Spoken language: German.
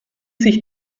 sich